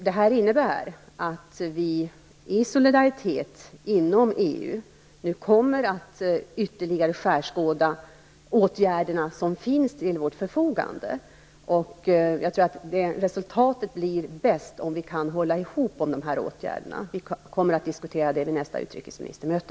Det innebär att vi i solidaritet inom EU nu kommer att ytterliga skärskåda de åtgärder som finns till vårt förfogande. Resultatet blir bäst om vi kan hålla ihop när det gäller dessa åtgärder. Vi kommer att diskutera dem vid nästa utrikesministermöte.